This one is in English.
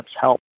help